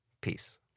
Peace